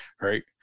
Right